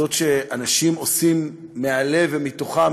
כזאת שאנשים עושים מהלב ומתוכם,